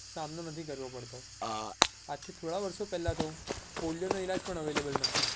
સામનો નથી કરવો પડતો આજથી થોડાં વર્ષો પહેલાં તો પોલિયોનો ઈલાજ પણ અવેલેબલ નહોતો